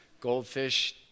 Goldfish